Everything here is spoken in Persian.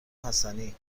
حسنی